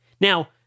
Now